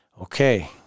Okay